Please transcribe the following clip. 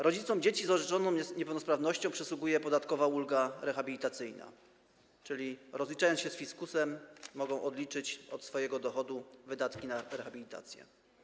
Rodzicom dzieci z orzeczoną niepełnosprawnością przysługuje podatkowa ulga rehabilitacyjna, czyli rozliczając się z fiskusem, mogą oni odliczyć od swojego dochodu wydatki na rehabilitację.